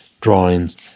drawings